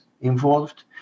involved